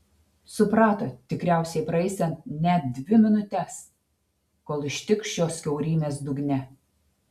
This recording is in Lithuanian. suprato tikriausiai praeisiant net dvi minutes kol ištikš šios kiaurymės dugne